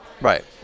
Right